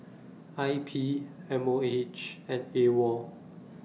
I P M O H and AWOL